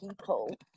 people